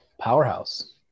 powerhouse